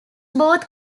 both